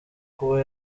kuba